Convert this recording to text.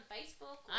Facebook